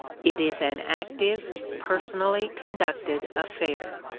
it is an active, personally conducted affair.